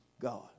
God